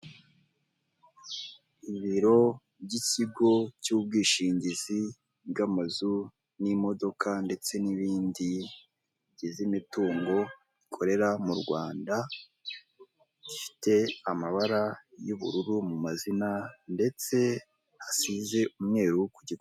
Ibiro by'ikigo cy'ubwishingizi bw'amazu n'imodoka ndetse n'ibindi bigize imitungo ikorera mu Rwanda, gifite amabara y'ubururu mu mazina ndetse hasize umweru ku gikuta.